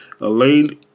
Elaine